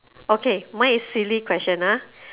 okay mine is silly question ah